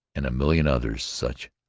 and a million other such,